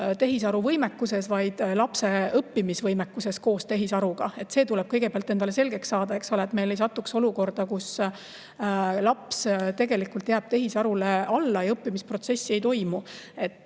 tehisaru võimekuses, vaid lapse õppimisvõimekuses koos tehisaruga. See tuleb kõigepealt endale selgeks saada, eks ole, et me ei satuks olukorda, kus laps tegelikult jääb tehisarule alla ja õppimisprotsessi ei toimu.